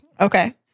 Okay